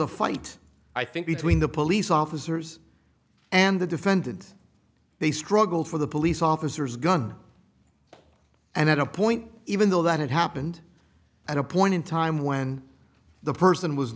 a fight i think between the police officers and the defendant they struggled for the police officers gun and at a point even though that it happened and a point in time when the person was